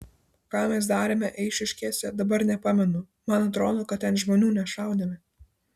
ką mes darėme eišiškėse dabar nepamenu man atrodo kad ten žmonių nešaudėme